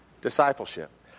Discipleship